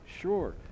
sure